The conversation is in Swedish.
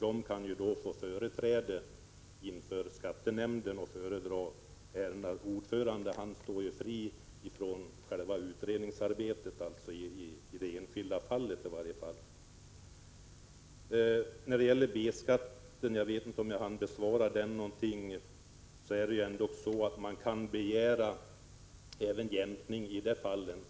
De kan ju då få tillträde inför skattenämnden och föredra ärendet. Ordföranden står fri från själva utredningsarbetet i det enskilda fallet. Jag vet inte om jag hann besvara frågan om B-skatten.